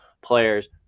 players